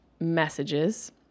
messages